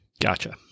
Gotcha